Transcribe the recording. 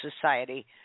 Society